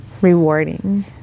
rewarding